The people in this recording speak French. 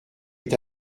est